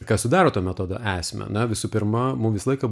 kas sudaro to metodo esmę na visų pirma mum visą laiką